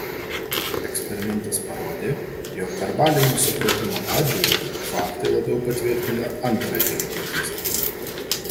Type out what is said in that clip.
eksperimentas parodė jog verbalinio supratimo atžvilgiu faktai labiau patvirtina antrąją hipotezę